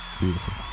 beautiful